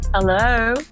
Hello